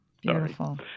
Beautiful